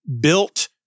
built